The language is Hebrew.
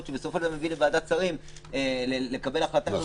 שבסופו של דבר מביאים את ועדת השרים לקבל החלטה כזאת.